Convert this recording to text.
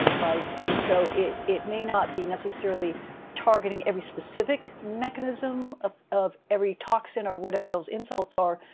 right? and so, it it may not be necessarily targeting every specific mechanism of of every toxin or whatever those insults are.